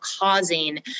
causing